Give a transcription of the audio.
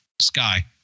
Sky